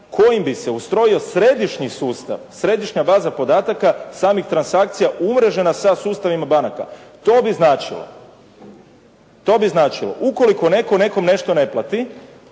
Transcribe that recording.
kojim bi se ustrojio središnji sustav, središnja baza podataka samih transakcija umrežena sa sustavima banaka. To bi značilo ukoliko netko nekom nešto ne plati,